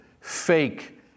fake